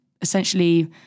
essentially